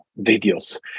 videos